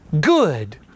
good